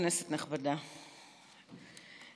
כנסת נכבדה,